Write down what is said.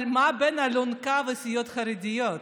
אבל מה לאלונקה ולסיעות חרדיות?